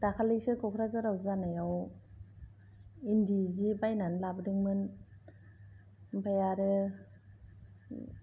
दाखालिसो क'क्राझाराव जानायाव इन्दि जि बायनानै लाबोदोंमोन आमफ्राय आरो